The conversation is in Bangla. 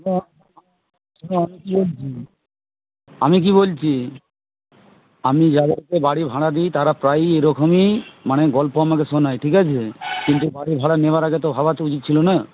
আমি কি বলছি আমি কি বলছি আমি যাদেরকে বাড়ি ভাড়া দিই তারা প্রায়ই এরকমই মানে গল্প আমাকে শোনায় ঠিক আছে কিন্তু বাড়ি ভাড়া নেওয়ার আগে তো ভাবা তো উচিত ছিল না